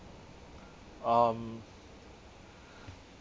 um